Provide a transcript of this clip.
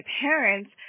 parents